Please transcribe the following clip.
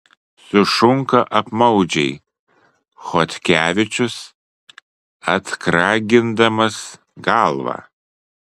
sušunka apmaudžiai chodkevičius atkragindamas galvą